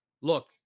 look